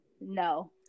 no